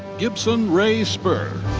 gibsen ray spurr.